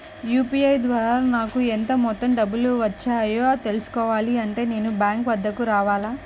UPI ద్వారా నాకు ఎంత మొత్తం డబ్బులు వచ్చాయో తెలుసుకోవాలి అంటే నేను బ్యాంక్ వద్దకు రావాలా?